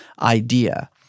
idea